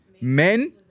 men